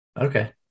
okay